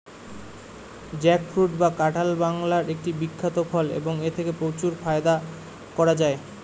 jackfruit বা কাঁঠাল বাংলার একটি বিখ্যাত ফল এবং এথেকে প্রচুর ফায়দা করা য়ায়